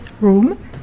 room